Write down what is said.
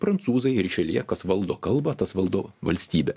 prancūzai ir šeljekas valdo kalbą tas valdo valstybę